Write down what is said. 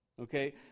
okay